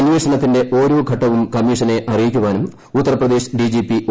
അന്വേഷണത്തിന്റെ ഓരോ ഘട്ടവും കമ്മീഷനെ അറിയിക്കാനും ഉത്തർപ്രദേശ് ഡിജിപി ഒ